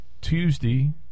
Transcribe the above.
Tuesday